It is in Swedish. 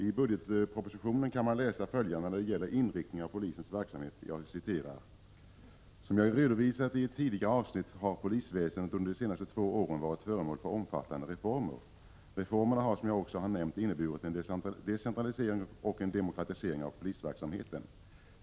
I budgetpropositionen kan man läsa följande när det gäller inriktningen av polisens verksamhet: ”Som jag redovisat i ett tidigare avsnitt har polisväsendet under de senaste två åren varit föremål för omfattande reformer. Reformerna har som jag också har nämnt inneburit en decentralisering och en demokratisering av polisverksamheten.